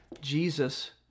Jesus